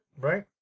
Right